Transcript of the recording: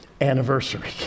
anniversary